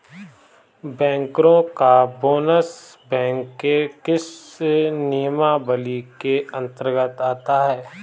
बैंकरों का bonus bank के किस नियमावली के अंतर्गत आता है?